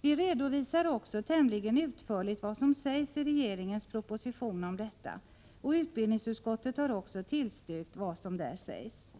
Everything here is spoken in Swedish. Vi redovisar också tämligen utförligt vad som sägs i regeringens proposition om detta, och utbildningsutskottet har också tillstyrkt vad som där sägs.